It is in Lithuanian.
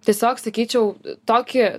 tiesiog sakyčiau tokį